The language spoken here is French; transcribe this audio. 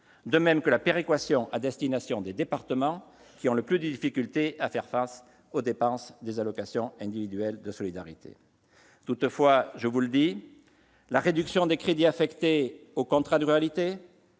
de même que la péréquation à destination des départements ayant le plus de difficultés à faire face aux dépenses liées aux allocations individuelles de solidarité. Toutefois, la réduction des crédits affectés aux contrats de ruralité,